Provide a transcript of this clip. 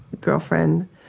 girlfriend